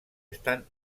estan